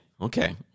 Okay